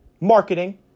Marketing